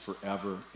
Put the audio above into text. forever